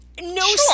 no